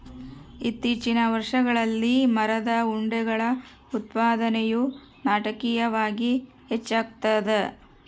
ಇತ್ತೀಚಿನ ವರ್ಷಗಳಲ್ಲಿ ಮರದ ಉಂಡೆಗಳ ಉತ್ಪಾದನೆಯು ನಾಟಕೀಯವಾಗಿ ಹೆಚ್ಚಾಗ್ತದ